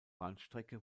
bahnstrecke